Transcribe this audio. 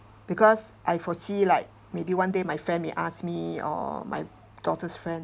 because I foresee like maybe one day my friend may ask me or my daughter's friend